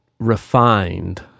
refined